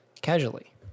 casually